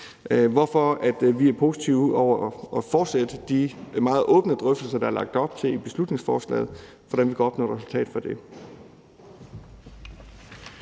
hvorfor vi er positive over for at fortsætte de meget åbne drøftelser, der er lagt op til i beslutningsforslaget, om, hvordan vi kan opnå resultater af det.